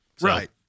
Right